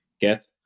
GET